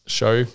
show